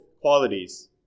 qualities